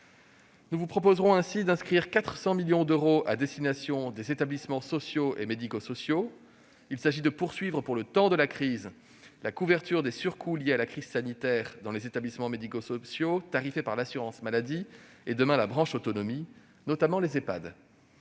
Nous vous proposerons ainsi d'inscrire 400 millions d'euros à destination des établissements sociaux et médico-sociaux. Il s'agit de poursuivre, pour le temps de la crise, la couverture des surcoûts liés à la crise sanitaire dans les établissements médico-sociaux tarifés par l'assurance maladie et, demain, par la branche autonomie, notamment les